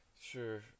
sure